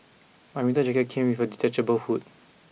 my winter jacket came with a detachable hood